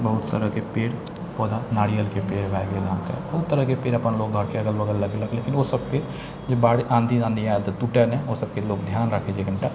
बहुत तरहके पेड़ पौधा नारियलके पेड़ भए गेल अहाँके बहुत तरहके पेड़ अपन अहाँके आँधी ताँधी आयल तऽ टूटे नहि ओ सबके लोक ध्यान राखै छै कनी टा